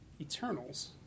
Eternals